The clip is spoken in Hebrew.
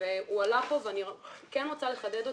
והוא עלה כאן אבל אני כן רוצה לחדד אותו.